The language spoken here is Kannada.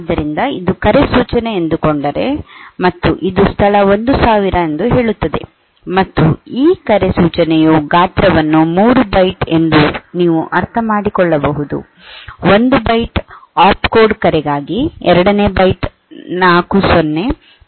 ಆದ್ದರಿಂದ ಇದು ಕರೆ ಸೂಚನೆ ಅಂದುಕೊಂಡರೆ ಮತ್ತು ಇದು ಸ್ಥಳ 1000 ಎಂದು ಹೇಳುತ್ತದೆ ಮತ್ತು ಈ ಕರೆ ಸೂಚನೆಯ ಗಾತ್ರವನ್ನು 3 ಬೈಟ್ ಎಂದು ನೀವು ಅರ್ಥಮಾಡಿಕೊಳ್ಳಬಹುದು 1 ಬೈಟ್ ಆಪ್ಕೋಡ್ ಕರೆಗಾಗಿ ಎರಡನೇ ಬೈಟ್ 4 0 ಮೂರನೇ ಬೈಟ್ 00 ಆಗಿರುತ್ತದೆ